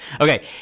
Okay